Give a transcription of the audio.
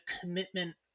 commitment